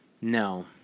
No